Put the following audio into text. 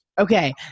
okay